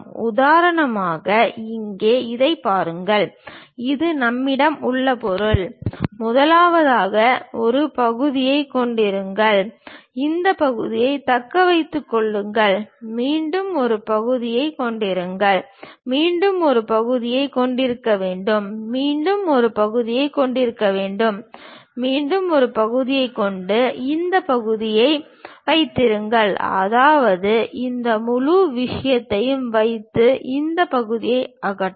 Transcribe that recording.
உதாரணமாக இங்கே இதைப் பாருங்கள் இது நம்மிடம் உள்ள பொருள் முதலாவதாக ஒரு பகுதியைக் கொண்டிருங்கள் இந்த பகுதியைத் தக்க வைத்துக் கொள்ளுங்கள் மீண்டும் ஒரு பகுதியைக் கொண்டிருங்கள் மீண்டும் ஒரு பகுதியைக் கொண்டிருக்க வேண்டும் மீண்டும் ஒரு பகுதியைக் கொண்டிருக்க வேண்டும் மீண்டும் ஒரு பகுதியைக் கொண்டு இந்த பகுதியை வைத்திருங்கள் அதாவது இந்த முழு விஷயத்தையும் வைத்து இந்த பகுதியை அகற்றவும்